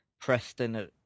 Preston